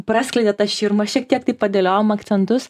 praskleidėt tą širmą šiek tiek tai padėliojom akcentus